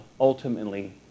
ultimately